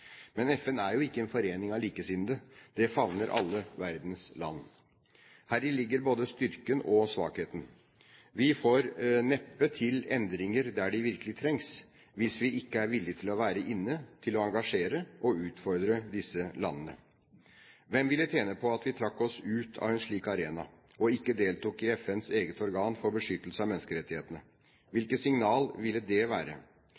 Men FN er jo ikke en forening av likesinnede. Det favner alle verdens land. Heri ligger både styrken og svakheten. Vi får neppe til endringer der de virkelig trengs, hvis vi ikke er villige til å være inne, til å engasjere og utfordre disse landene. Hvem ville tjene på at vi trakk oss ut av en slik arena og ikke deltok i FNs eget organ for beskyttelse av menneskerettighetene? Hvilket signal ville det være?